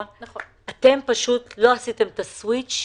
אתם פשוט לא עשיתם את הסוויץ'